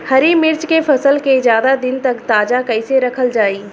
हरि मिर्च के फसल के ज्यादा दिन तक ताजा कइसे रखल जाई?